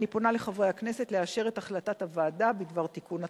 אני פונה לחברי הכנסת לאשר את החלטת הוועדה בדבר תיקון הטעות.